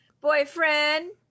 boyfriend